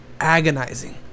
agonizing